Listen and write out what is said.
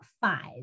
five